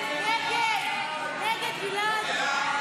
סעיף 07,